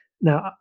Now